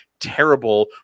terrible